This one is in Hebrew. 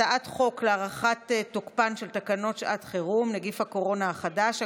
הצעת חוק לתיקון ולקיום תוקפן של תקנות שעת חירום (נגיף הקורונה החדש,